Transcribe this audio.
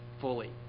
fully